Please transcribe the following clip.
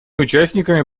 участниками